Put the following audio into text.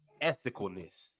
Ethicalness